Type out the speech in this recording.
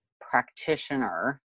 practitioner